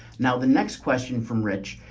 now the next question from rich,